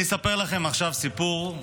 אני אספר לכם עכשיו סיפור,